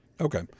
Okay